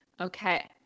Okay